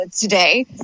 today